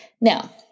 Now